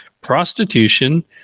prostitution